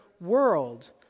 world